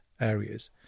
areas